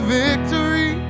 victory